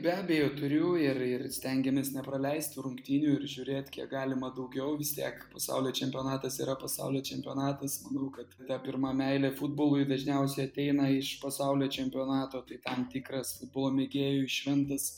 be abejo turiu ir ir stengiamės nepraleisti rungtynių ir žiūrėt kiek galima daugiau vis tiek pasaulio čempionatas yra pasaulio čempionatas manau kad ta pirma meilė futbolui dažniausiai ateina iš pasaulio čempionato tai tam tikras futbolo mėgėjui šventas